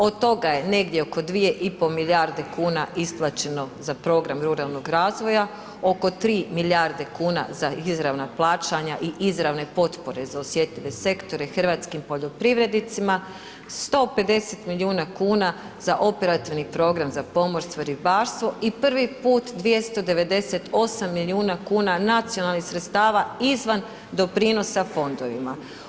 Od toga je negdje oko 2,5 milijarde kuna isplaćeno za program Ruralnog razvoja oko 3 milijarde kuna za izravna plaćanja i izravne potpore za osjetlj8ive sektore hrvatskim poljoprivrednicima, 150 milijuna kuna za operativni program za Pomorstvo i ribarstvo i prvi put 298 milijuna kuna nacionalnih sredstava izvan doprinosa fondovima.